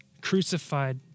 crucified